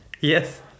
Yes